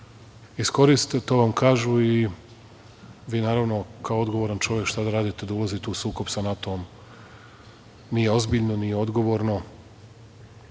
iskoriste i to vam kažu i vi naravno kao odgovoran čovek šta da radite, da ulazite u sukob sa NATO-om, nije ozbiljno, nije odgovorno,